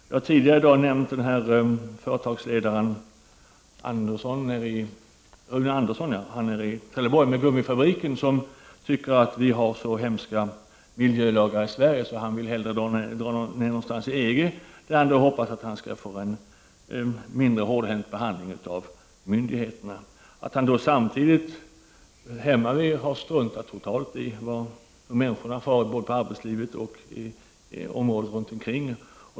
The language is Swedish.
Jag har tidigare i dag nämnt företagsledaren Rune Andersson nere i Trelleborg, han med gummifabriken, som tycker att vi har så hemska miljölagar i Sverige att han hellre vill flytta ner till EG, där han hoppas att han skall få en mindre hårdhänt behandling av myndigheterna. Hemmavid har han struntat totalt i hur människorna har det i arbetslivet och i området runt omkring.